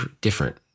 different